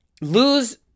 lose